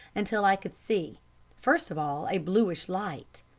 until i could see first of all a bluish light,